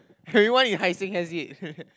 everyone in Hai-Seng has it